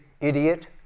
idiot